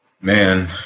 Man